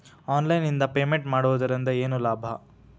Online ನಿಂದ payment ಮಾಡುವುದರಿಂದ ಏನು ಲಾಭ?